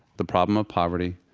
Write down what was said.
the problem of poverty,